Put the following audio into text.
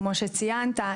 כמו שציינת,